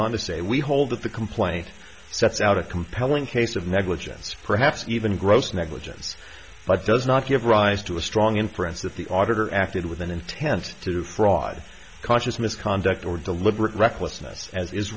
on to say we hold that the complaint sets out a compelling case of negligence perhaps even gross negligence but does not give rise to a strong inference that the auditor acted with an intent to fraud conscious misconduct or deliberate recklessness as is